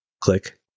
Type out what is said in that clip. Click